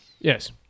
Yes